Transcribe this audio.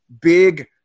big